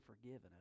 forgiven